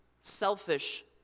selfish